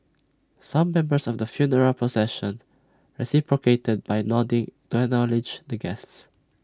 some members of the funeral procession reciprocated by nodding to acknowledge the guests